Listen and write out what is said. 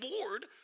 bored